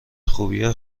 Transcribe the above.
خوبیه